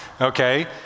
Okay